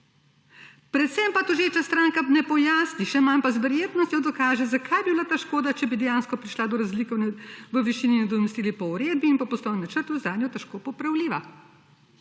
Predvsem pa tožeča stranka ne pojasni, še manj pa z verjetnostno dokaže zakaj bi bila ta škoda, če bi dejansko prišla do razlike v višini nadomestila po uredbi in po poslovnem načrtu zanjo težko popravljiva.